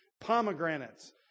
pomegranates